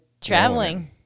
traveling